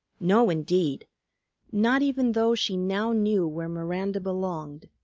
no indeed not even though she now knew where miranda belonged.